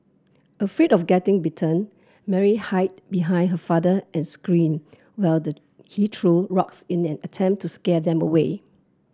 afraid of getting bitten Mary hide behind her father and screamed while the he threw rocks in an attempt to scare them away